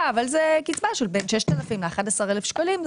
יותר אבל זו קצבה שבין 6,000 11,000 שקלים,